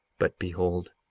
but behold,